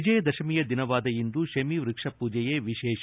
ವಿಜಯದಶಮಿಯ ದಿನವಾದ ಇಂದು ಶಮೀ ವ್ಯಕ್ಷಮೂಜೆಯೇ ವಿಶೇಷ